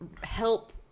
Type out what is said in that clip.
help